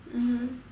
mmhmm